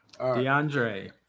DeAndre